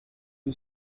you